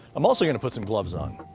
i'm also going to put some gloves on.